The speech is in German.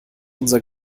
unser